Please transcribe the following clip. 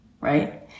right